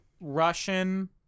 Russian